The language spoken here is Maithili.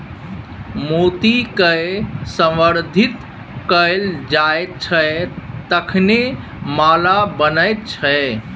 मोतीकए संवर्धित कैल जाइत छै तखने माला बनैत छै